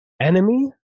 enemy